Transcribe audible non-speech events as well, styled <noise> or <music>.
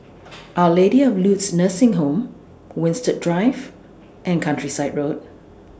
<noise> Our Lady of Lourdes Nursing Home Winstedt Drive and Countryside Road